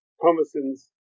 Thomason's